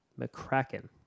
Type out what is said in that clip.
McCracken